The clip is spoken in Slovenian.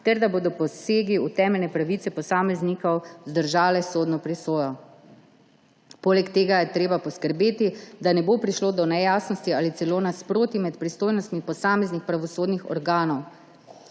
ter da bodo posegi v temeljne pravice posameznikov vzdržali sodno presojo. Poleg tega je treba poskrbeti, da ne bo prišlo do nejasnosti ali celo nasprotij med pristojnostmi posameznih pravosodnih organov.